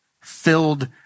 filled